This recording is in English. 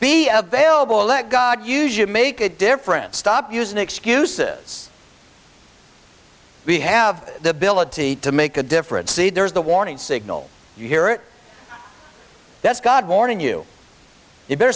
of vailable let god usually make a difference stop using excuses we have the ability to make a difference see there's the warning signal you hear it that's god warning you you better